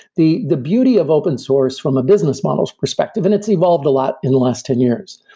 the the beauty of open source from a business model's perspective, and it's evolved a lot in the last ten years.